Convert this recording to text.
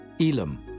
Elam